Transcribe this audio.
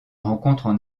rencontrent